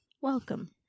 Welcome